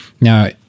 Now